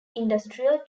industrial